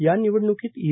या निवडण्कीत ई